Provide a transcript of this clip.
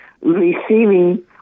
receiving